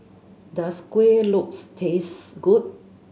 does Kuih Lopes taste good